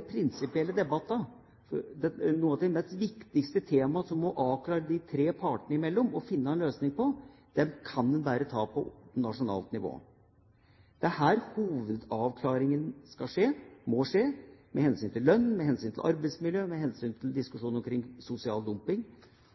prinsipielle debattene og noen av de viktigste temaene som må avklares de tre partene imellom og som de må finne en løsning på, kan bare skje på nasjonalt nivå. Det er her hovedavklaringene skal og må skje med hensyn til lønn, arbeidsmiljø, diskusjonen omkring sosial dumping